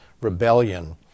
rebellion